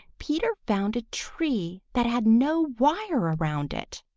peter found a tree that had no wire around it.